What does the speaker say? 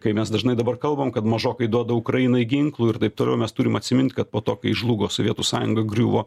kai mes dažnai dabar kalbam kad mažokai duoda ukrainai ginklų ir taip toliau mes turim atsimint kad po to kai žlugo sovietų sąjunga griuvo